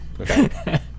Okay